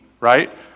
right